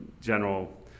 general